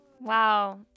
Wow